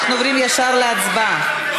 אנחנו עוברים ישר להצבעה.